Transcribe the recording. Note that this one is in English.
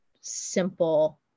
simple